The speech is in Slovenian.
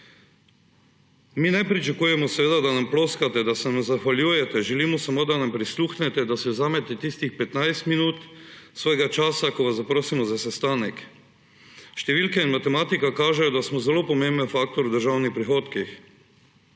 Mi ne pričakujemo, da nam ploskate, da se nam zahvaljujete, želimo samo, da nam prisluhnete, da si vzamete tistih 15 minut svojega časa, ko vas zaprosimo za sestanek. Številke in matematika kažejo, da smo zelo pomemben faktor v državnih prihodkih.